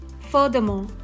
Furthermore